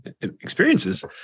experiences